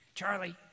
Charlie